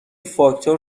فاکتور